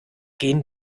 gehen